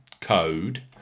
code